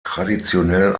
traditionell